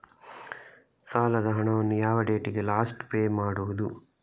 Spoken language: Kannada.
ಸಾಲದ ಹಣವನ್ನು ಯಾವ ಡೇಟಿಗೆ ಲಾಸ್ಟ್ ಪೇ ಮಾಡುವುದು?